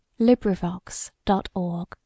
LibriVox.org